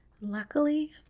luckily